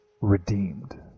redeemed